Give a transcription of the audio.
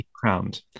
crowned